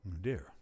Dear